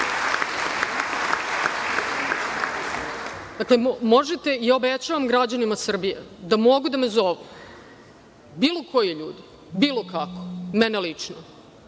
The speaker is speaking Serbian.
da me zovete i obećavam građanima Srbije da mogu da me zovu bilo koji ljudi, bilo kako mene lično,